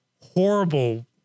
horrible